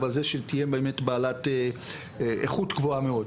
אבל זה שתהיה באמת בעלת איכות גבוהה מאוד.